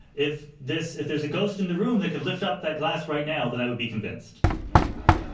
if this if there's a ghost in the room that could lift up that glass right now, then i would be convinced.